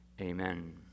Amen